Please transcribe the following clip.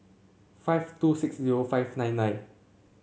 five two six zero five nine nine